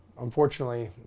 Unfortunately